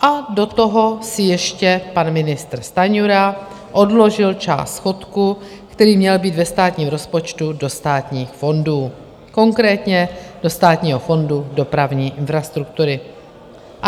A do toho si ještě pan ministr Stanjura odložil část schodku, který měl být ve státním rozpočtu, do státních fondů, konkrétně do Státního fondu dopravní infrastruktury,